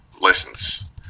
lessons